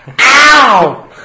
Ow